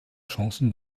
chancen